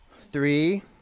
Three